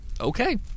Okay